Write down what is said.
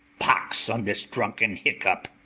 pox on this drunken hiccup!